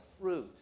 fruit